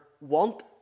want